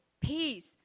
peace